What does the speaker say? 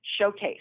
showcase